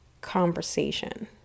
conversation